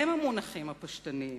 הם המונחים הפשטניים.